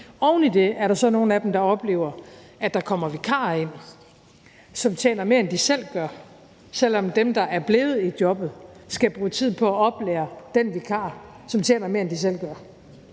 Oven i det er der så nogle af dem, der oplever, at der kommer vikarer ind, som tjener mere, end de selv gør, selv om dem, der er blevet i jobbet, skal bruge tid på at oplære den vikar, som tjener mere, end de selv gør.